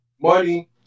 money